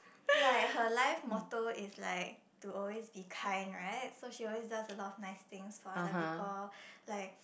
like her life motto is like to always be kind right so she always does a lot of nice things for other people like